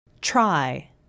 Try